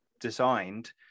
designed